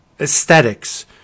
aesthetics